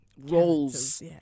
roles